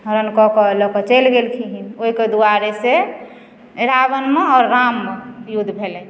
हरण कऽ कऽ लएके चलि गेलखिन ओइके दुआरेसँ रावणमे आओर राममे युद्ध भेलनि